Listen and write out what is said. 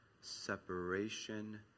separation